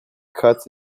cuts